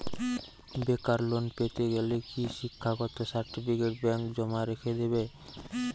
বেকার লোন পেতে গেলে কি শিক্ষাগত সার্টিফিকেট ব্যাঙ্ক জমা রেখে দেবে?